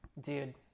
dude